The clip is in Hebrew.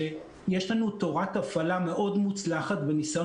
כשיש לנו תורת הפעלה מאוד מוצלחת וניסיון